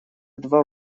два